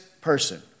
person